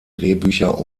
drehbücher